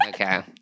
Okay